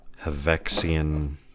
Havexian